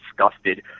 disgusted